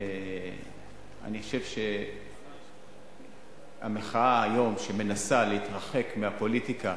ואני חושב שהמחאה היום, שמנסה להתרחק מהפוליטיקה,